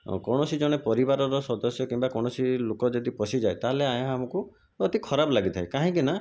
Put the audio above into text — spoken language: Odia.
କୌଣସି ଜଣେ ପରିବାରର ସଦସ୍ୟ କିମ୍ବା କୌଣସି ଲୋକ ଯଦି ପଶିଯାଏ ତାହେଲେ ଏହା ଆମକୁ ଅତି ଖରାପ ଲାଗିଥାଏ କାହିଁକି ନା